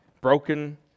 broken